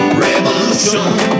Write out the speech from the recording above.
revolution